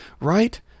right